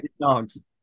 dogs